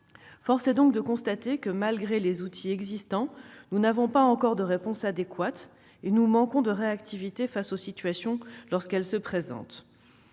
Force est donc de constater que, malgré les outils existants, nous n'avons pas encore de réponse adéquate et que nous manquons de réactivité face aux situations qui se présentent.